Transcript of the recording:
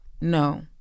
No